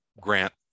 grant